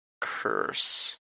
curse